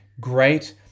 great